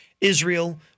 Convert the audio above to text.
Israel